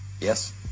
Yes